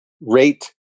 rate